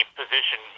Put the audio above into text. position